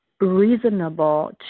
reasonable